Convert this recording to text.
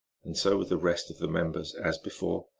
and so with the rest of the members as before,